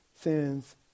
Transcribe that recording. sins